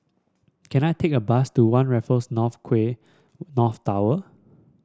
can I take a bus to One Raffles North Quay North Tower